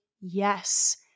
yes